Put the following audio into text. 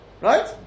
right